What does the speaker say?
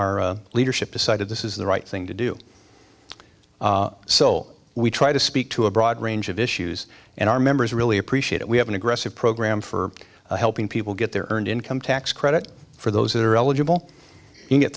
our leadership decided this is the right thing to do so we try to speak to a broad range of issues and our members really appreciate it we have an aggressive program for helping people get their earned income tax credit for those that are eligible to get